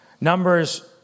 Numbers